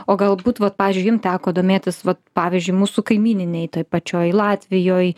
o galbūt vat pavyzdžiui jums teko domėtis vat pavyzdžiui mūsų kaimyninėj toj pačioj latvijoj